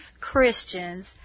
Christians